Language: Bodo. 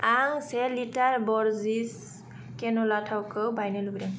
आं से लिटार ब'रजिस केन'ला थावखौ बायनो लुबैदों